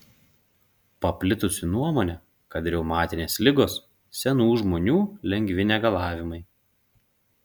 paplitusi nuomonė kad reumatinės ligos senų žmonių lengvi negalavimai